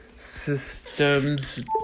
systems